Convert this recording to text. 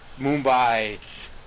Mumbai